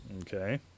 Okay